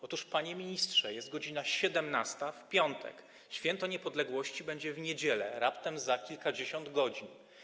Otóż, panie ministrze, jest piątek godz. 17, święto niepodległości będzie w niedzielę, raptem za kilkadziesiąt godzin.